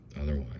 otherwise